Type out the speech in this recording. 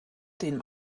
dem